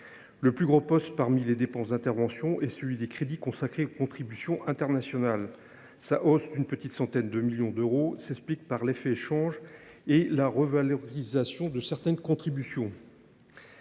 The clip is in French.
le poste le plus important est celui des crédits consacrés aux contributions internationales. Sa hausse, d’une petite centaine de millions d’euros, s’explique par les effets de change et la revalorisation de certaines contributions.